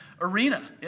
arena